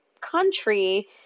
country